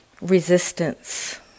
resistance